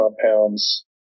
compounds